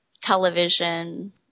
television